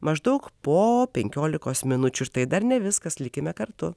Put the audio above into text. maždaug po penkiolikos minučių ir tai dar ne viskas likime kartu